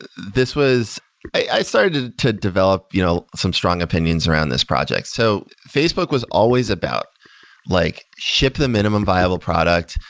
this was i started to develop you know some strong opinions around this project. so facebook was always about like ship the minimum viable product.